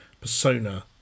persona